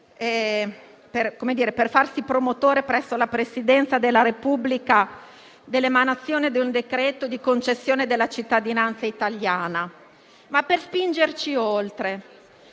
per farsi promotore, presso la Presidenza della Repubblica, dell'emanazione di un decreto di concessione della cittadinanza italiana a Patrick Zaki, ma per spingerci oltre.